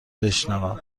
بشنوم